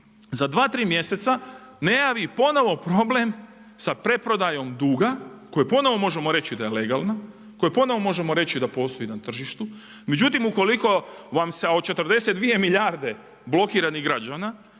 za 2, 3 mjeseca ne javi ponovno problem sa preprodajom duga koji ponovno možemo reći da legalna, koji ponovno možemo reći da postoji na tržištu, međutim ukoliko vam se od 42 milijarde blokiranih građana,